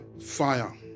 fire